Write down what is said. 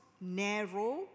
narrow